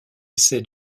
essayent